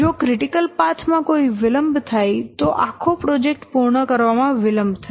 જો critical path માં કોઈ વિલંબ થાય તો આખો પ્રોજેક્ટ પૂર્ણ કરવામાં વિલંબ થશે